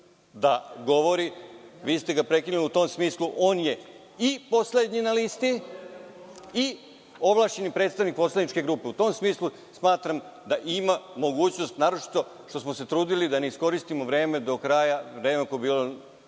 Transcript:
da govori, a vi ste ga prekinuli. U tom smislu, on je i poslednji na listi i ovlašćeni predstavnik poslaničke grupe, te smatram da ima mogućnost, naročito što smo se trudili da ne iskoristimo do kraja vreme koje je bilo